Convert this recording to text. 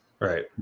right